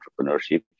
entrepreneurship